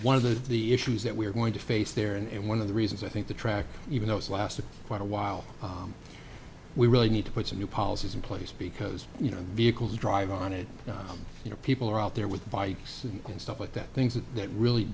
one of the issues that we're going to face there and one of the reasons i think the track even though it's lasted quite a while we really need to put some new policies in place because you know vehicles drive on it you know people are out there with bikes and stuff like that things that really